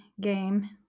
game